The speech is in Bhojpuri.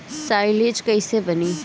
साईलेज कईसे बनी?